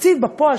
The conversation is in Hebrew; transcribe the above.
התקציב בפועל,